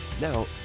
Now